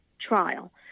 trial